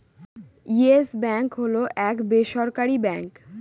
yes Bank হল এক বেসরকারি ব্যাঙ্ক